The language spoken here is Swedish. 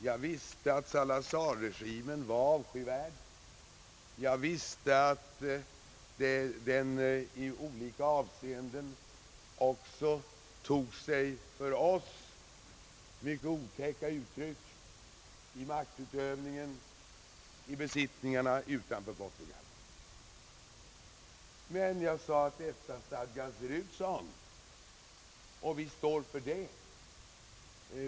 Jag visste att regimen uppfattades av många som avskyvärd redan då. Jag visste att den i olika avseenden också tog sig för oss mycket otrevliga uttryck i maktutövningen i besittningarna utanför Portugal. Men jag sade att EFTA-stadgan är sådan, och vi står för det.